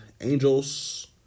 Angels